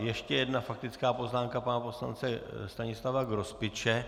Ještě jedna faktická poznámka pana poslance Stanislava Grospiče.